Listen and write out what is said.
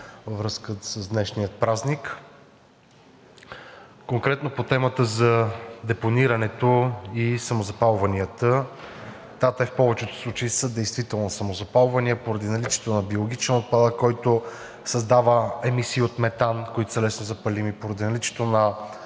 във връзка с днешния празник! Конкретно по темата за депонирането и самозапалванията – да, те в повечето случаи са действително самозапалвания поради наличието на биологичен отпадък, който създава емисии от метан, които са леснозапалими, поради наличието на